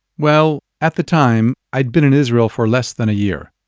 well, at the time, i'd been in israel for less than a year.